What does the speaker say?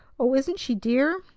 oh, isn't she dear?